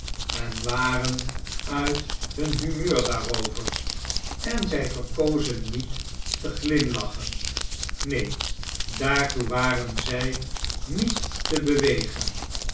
en waren uit hun humeur daarover eu zjj verkozen niet te glimlachen neen daartoe waren zy niet te bewegen